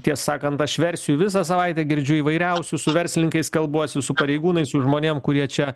tiesą sakant aš versijų visą savaitę girdžiu įvairiausių su verslininkais kalbuosi su pareigūnais su žmonėm kurie čia